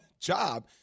job